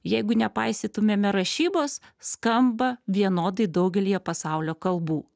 jeigu nepaisytumėme rašybos skamba vienodai daugelyje pasaulio kalbų